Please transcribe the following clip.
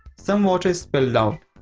some water is spilled out,